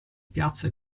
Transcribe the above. piazze